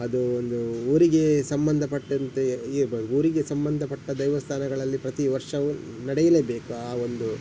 ಅದು ಒಂದು ಊರಿಗೆ ಸಂಬಂಧಪಟ್ಟಂತೆ ಇರ್ಬಹ ಊರಿಗೆ ಸಂಬಂಧಪಟ್ಟ ದೈವಸ್ಥಾನಗಳಲ್ಲಿ ಪ್ರತಿವರ್ಷವೂ ನಡೆಯಲೇಬೇಕು ಆ ಒಂದು